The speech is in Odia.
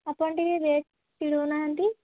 ଆପଣ ଟିକିଏ ରେଟ୍ ଛିଡ଼ଉ ନାହାନ୍ତି